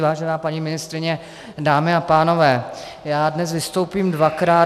Vážená paní ministryně, dámy a pánové, já dnes vystoupím dvakrát.